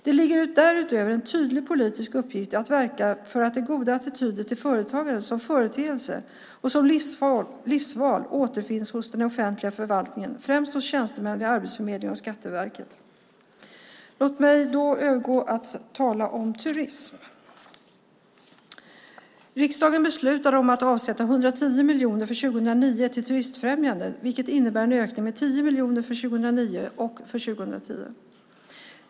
Det ligger därutöver en tydlig politisk uppgift i att verka för att goda attityder till företagande som företeelse och som livsval återfinns hos den offentliga förvaltningen, främst hos tjänstemän vid Arbetsförmedlingen och Skatteverket. Låt mig övergå till att tala om turism. Riksdagen beslutar om att avsätta 110 miljoner för 2009 till turistfrämjande, vilket innebär en ökning med 10 miljoner för 2009 och för 2010.